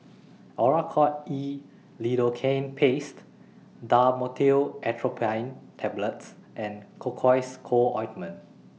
Oracort E Lidocaine Paste Dhamotil Atropine Tablets and Cocois Co Ointment